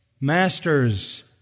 masters